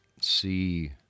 see